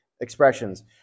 expressions